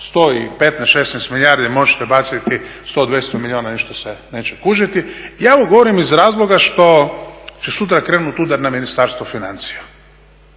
od 115, 116 milijardi možete baciti 100, 200 milijuna, ništa se neće kužiti. Ja ovo govorim iz razloga što će sutra krenuti udar na Ministarstvo financija